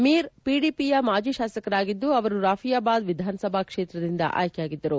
ಮಿರ್ ಪಿಡಿಪಿಯ ಮಾಜಿ ಶಾಸಕರಾಗಿದ್ದು ಅವರು ರಾಫಿಯಾಬಾದ್ ವಿಧಾನಸಭಾಕ್ಷೇತ್ರದಿಂದ ಆಯ್ಕೆಯಾಗಿದ್ದರು